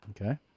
Okay